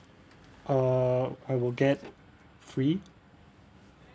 uh I will get three